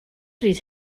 bryd